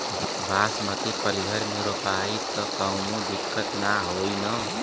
बासमती पलिहर में रोपाई त कवनो दिक्कत ना होई न?